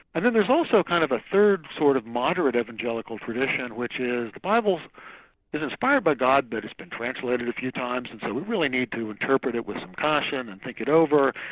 and then there's also kind of a third sort of moderate evangelical tradition which is the bible's inspired by god, but it's been translated a few times and so we really need to interpret it with some caution and think it over,